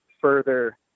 further